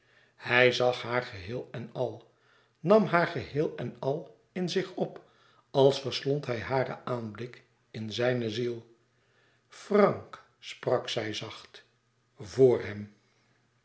hij zag haar geheel en al nam haar geheel en al in zich op als verslond hij haren aanblik in zijne ziel frank sprak zij zacht vr hem